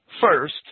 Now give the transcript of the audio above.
first